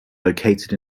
located